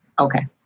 okay